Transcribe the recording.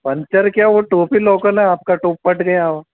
puncture क्या वह टोपी लोकल है आपकी फट गई हो